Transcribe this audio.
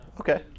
Okay